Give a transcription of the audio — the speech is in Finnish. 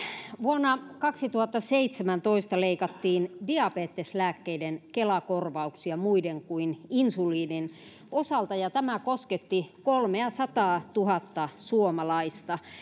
vuonna kaksituhattaseitsemäntoista leikattiin diabeteslääkkeiden kela korvauksia muiden kuin insuliinin osalta tämä kosketti kolmeasataatuhatta suomalaista